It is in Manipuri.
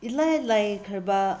ꯏꯂꯥꯏ ꯂꯥꯏꯈ꯭ꯔꯕ